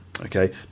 Okay